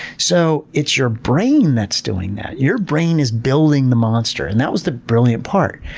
so it's your brain that's doing that. your brain is building the monster. and that was the brilliant part.